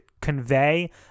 convey